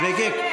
זה היה שונה,